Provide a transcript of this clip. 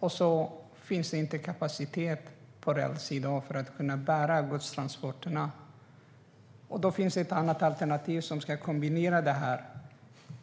och det finns inte kapacitet på räls i dag för att bära godstransporterna. Då finns det ett annat alternativ som man ska kunna kombinera detta med.